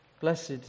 blessed